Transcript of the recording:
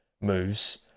moves